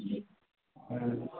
हँ